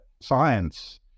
Science